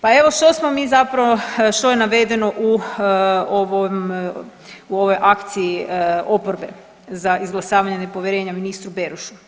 Pa evo što smo mi zapravo što je navedeno u ovoj akciji oporbe za izglasavanje nepovjerenja ministru Berošu.